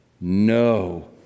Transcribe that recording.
No